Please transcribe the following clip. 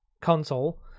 console